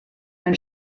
mewn